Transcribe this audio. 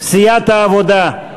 סיעת העבודה?